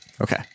Okay